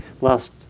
last